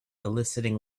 eliciting